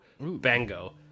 bango